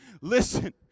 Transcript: Listen